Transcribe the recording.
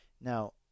Now